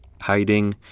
Hiding